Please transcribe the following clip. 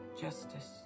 justice